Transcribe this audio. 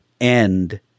end